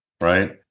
right